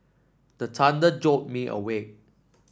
the jolt me awake